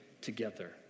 together